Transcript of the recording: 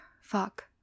fuck